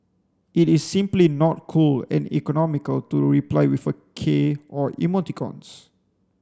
it is simply not cool and economical to reply with a k or emoticons